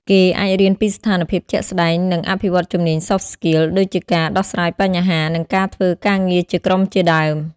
គេអាចរៀនពីស្ថានភាពជាក់ស្តែង និងអភិវឌ្ឍជំនាញ "Soft Skills" ដូចជាការដោះស្រាយបញ្ហា និងការធ្វើការងារជាក្រុមជាដើម។